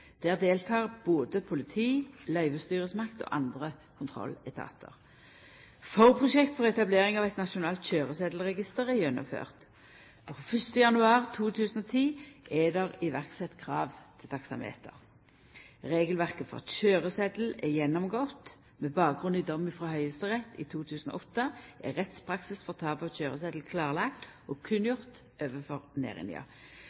Der deltek både politi, løyvestyresmakt og andre kontrolletatar. Forprosjekt for etablering av eit internasjonalt køyresetelregister er gjennomført. Frå 1. januar 2010 er det sett i verk krav til taksameter. Regelverket for køyresetel er gjennomgått. Med bakgrunn i dom frå Høgsterett i 2008 er rettspraksis for tap av køyresetel klarlagt og